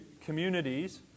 communities